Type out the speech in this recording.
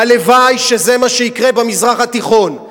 הלוואי שזה מה שיקרה במזרח התיכון.